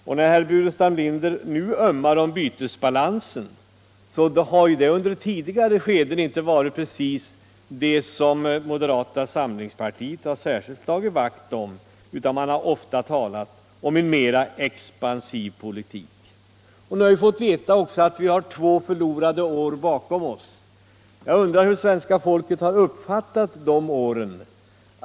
Och när herr Burenstam Linder nu ömmar för bytesbalansen vill jag erinra om att den under tidigare skeden inte har varit precis det som moderata samlingspartiet särskilt har slagit vakt om, utan ni har ofta talat om en mera expansiv politik. Nu har vi fått veta att vi har två förlorade år bakom oss. Jag undrar hur svenska folket har uppfattat de åren.